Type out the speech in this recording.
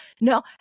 No